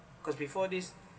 because before this